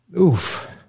Oof